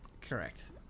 correct